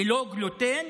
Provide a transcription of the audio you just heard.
ללא גלוטן.